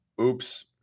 Oops